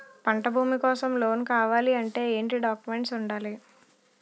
పంట భూమి కోసం లోన్ కావాలి అంటే ఏంటి డాక్యుమెంట్స్ ఉండాలి?